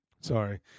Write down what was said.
sorry